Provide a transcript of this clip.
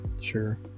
Sure